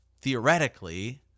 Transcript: theoretically